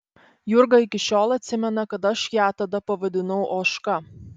jurga iki šiol atsimena kad aš ją tada pavadinau ožka